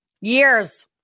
Years